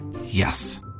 Yes